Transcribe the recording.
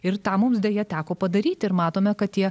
ir tą mums deja teko padaryti ir matome kad tie